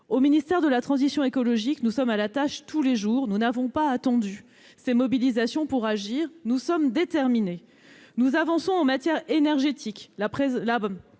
Au ministère de la transition écologique, nous sommes à la tâche tous les jours, nous n'avons pas attendu ces mobilisations pour travailler. Nous sommes déterminés. Nous avançons en matière énergétique